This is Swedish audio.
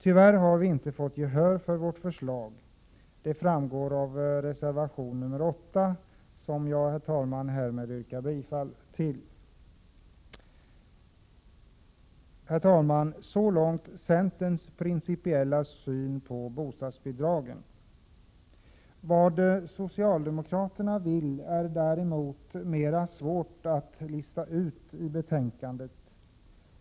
Tyvärr har vi inte fått gehör för vårt förslag. Det framgår av reservation 8, som jag härmed yrkar bifall till. Herr talman! Så långt centerns principiella syn på bostadsbidragen. Vad socialdemokraterna vill är mer svårt att lista ut av betänkandet.